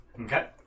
Okay